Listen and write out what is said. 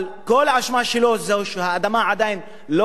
אבל כל האשמה שלו היא שהאדמה עדיין לא